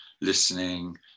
listening